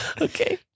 Okay